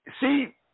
see